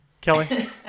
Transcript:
Kelly